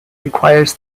requires